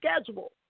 schedule